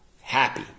happy